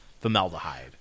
formaldehyde